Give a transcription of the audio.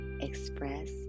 express